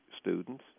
students